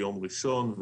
ביום ראשון,